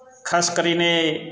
ખાસ કરીને